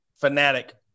fanatic